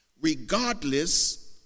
regardless